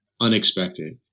unexpected